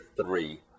three